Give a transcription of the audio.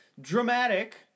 dramatic